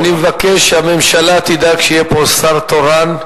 אני מבקש שהממשלה תדאג שיהיה פה שר תורן,